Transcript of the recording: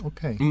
Okay